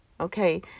okay